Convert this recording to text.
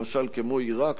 למשל כמו עירק,